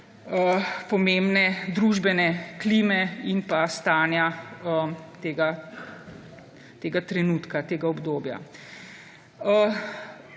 pomembne družbene klime in pa stanja tega trenutka, tega obdobja.